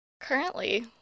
Currently